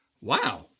Wow